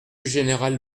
général